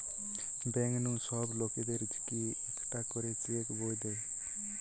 bank নু সব লোকদের কে একটা করে চেক বই দে